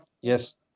yes